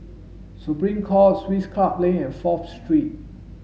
Supreme Court Swiss Club Lane and Fourth Street